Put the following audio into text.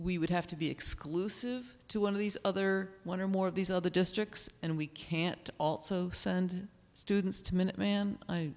we would have to be exclusive to one of these other one or more of these other districts and we can't also send students to minuteman